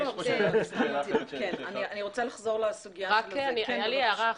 הערה אחרת,